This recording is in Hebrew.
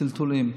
טלטולים.